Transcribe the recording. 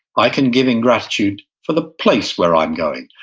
i can give in gratitude for the place where i'm going.